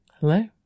Hello